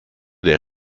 der